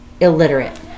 illiterate